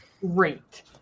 great